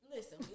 Listen